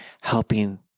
helping